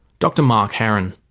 dr mark haran.